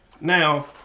Now